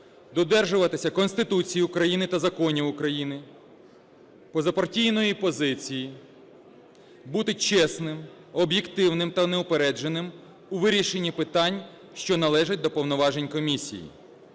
додержуватися Конституції України та законів України, позапартійної позиції, бути чесним, об'єктивним та неупередженим у вирішенні питань, що належать до повноважень Комісії,